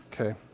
Okay